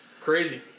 Crazy